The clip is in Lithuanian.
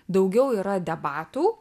daugiau yra debatų